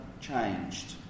changed